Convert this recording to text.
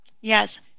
Yes